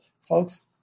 Folks